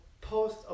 post